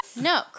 No